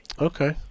Okay